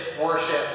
worship